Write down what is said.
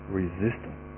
resistant